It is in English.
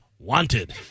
wanted